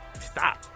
stop